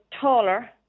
taller